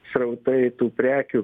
srautai tų prekių